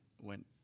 went